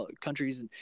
countries